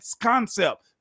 concept